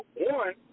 one